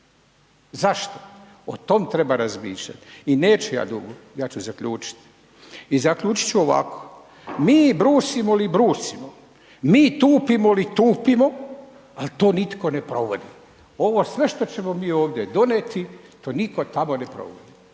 Zašto? O tom treba razmišljati. I neću ja dugo, ja ću zaključiti. I zaključiti ću ovako, mi brusimo li brusimo, mi tupimo li tupimo ali to nitko ne provodi. Ovo sve što ćemo mi ovdje donijeti to nitko tamo ne provodi.